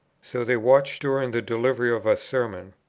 so they watched during the delivery of a sermon,